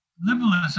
liberalism